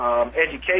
education